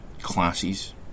classes